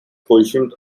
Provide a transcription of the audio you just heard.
positioned